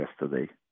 yesterday